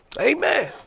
amen